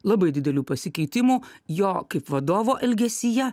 labai didelių pasikeitimų jo kaip vadovo elgesyje